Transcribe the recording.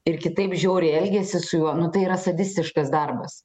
ir kitaip žiauriai elgiasi su juo nu tai yra sadistiškas darbas